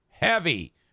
Heavy